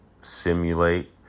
simulate